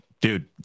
dude